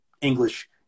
English